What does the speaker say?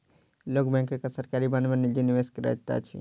लोक बैंक आ सरकारी बांड में निजी निवेश करैत अछि